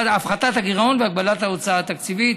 להפחתת הגירעון והגבלת ההוצאה התקציבית.